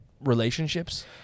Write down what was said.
relationships